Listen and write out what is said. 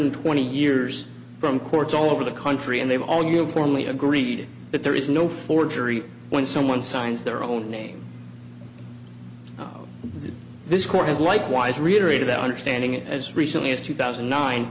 hundred twenty years from courts all over the country and they've all uniformly agreed that there is no forgery when someone signs their own name this court has likewise reiterated that understanding it as recently as two thousand